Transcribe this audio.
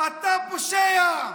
אתה פושע.